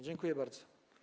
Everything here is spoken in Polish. Dziękuję bardzo.